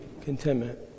contentment